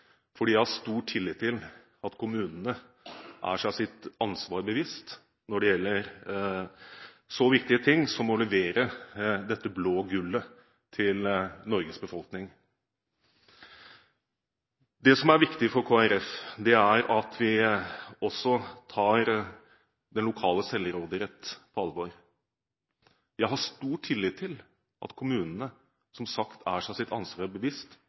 viktige ting som å levere dette blå gullet til Norges befolkning. Det som er viktig for Kristelig Folkeparti, er at vi også tar den lokale selvråderett på alvor. Jeg har stor tillit til at kommunene som sagt er seg sitt ansvar bevisst